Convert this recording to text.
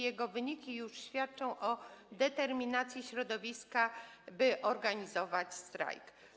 Jego wyniki już świadczą o determinacji środowiska, by organizować strajk.